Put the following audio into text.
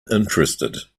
interested